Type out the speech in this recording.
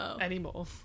anymore